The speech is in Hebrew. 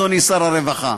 אדוני שר הרווחה,